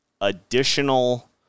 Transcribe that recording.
additional